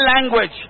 language